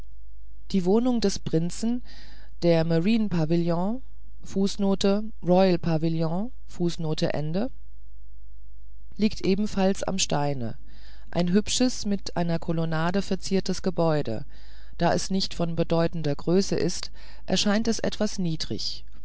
die wohnung des prinzen der marine pavillon fußnote royal pavillon liegt ebenfalls am steine ein hübsches mit einer kolonnade verziertes gebäude da es nicht von bedeutender größe ist erscheint es etwas niedrig